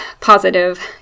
positive